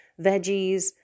veggies